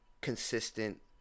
consistent